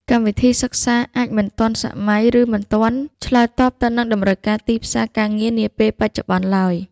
កម្មវិធីសិក្សាអាចមិនទាន់សម័យ ឬមិនទាន់ឆ្លើយតបទៅនឹងតម្រូវការទីផ្សារការងារនាពេលបច្ចុប្បន្នឡើយ។